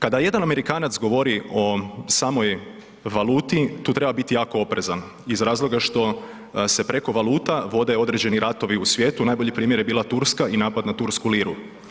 Kada jedan Amerikanac govori o samoj valuti, tu treba biti jako oprezan iz razloga što se preko valuta vode određeni ratovi u svijetu, najbolji primjer je bila Turska i napad na tursku liru.